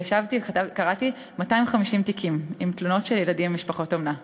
וישבתי וקראתי 250 תיקים עם תלונות של ילדים ממשפחות אומנה.